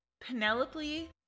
Penelope